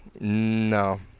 no